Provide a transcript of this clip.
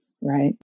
right